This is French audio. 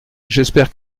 j’espère